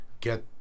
get